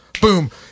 Boom